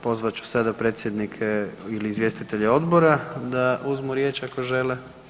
Pozvat ću sada predsjednike ili izvjestitelje odbora da uzmu riječ ako žele.